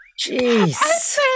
Jeez